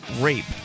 rape